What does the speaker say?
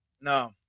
No